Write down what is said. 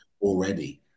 already